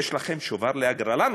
יש לכם שובר להגרלה נוספת.